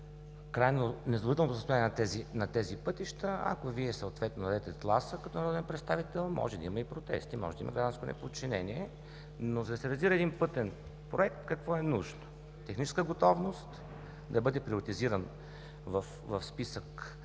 крайно незадоволителното състояние на тези пътища. Ако Вие съответно дадете тласък като народен представител, може да има и протести, може да има гражданско неподчинение. Но за да се реализира един пътен проект, какво е нужно? Техническа готовност да бъде приоритизиран в списък